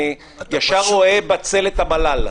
אני ישר רואה בצל את המל"ל.